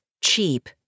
cheap